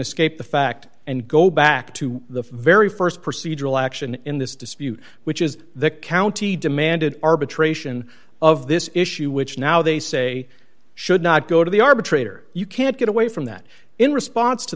escape the fact and go back to the very st procedural action in this dispute which is the county demanded arbitration of this issue which now they say should not go to the arbitrator you can't get away from that in response to